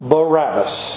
Barabbas